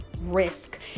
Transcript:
Risk